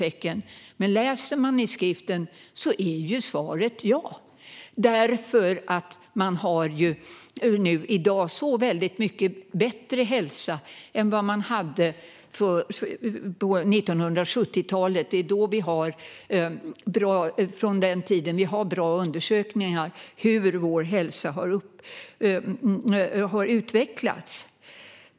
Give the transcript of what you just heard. Läser man i skriften är svaret ja, eftersom man i dag har så mycket bättre hälsa än vad man hade på 1970-talet. Det är från den tiden och framåt vi har bra undersökningar av hur vår hälsa har utvecklats.